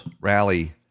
rally